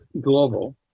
global